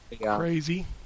crazy